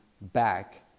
back